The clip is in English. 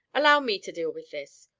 allow me to deal with this.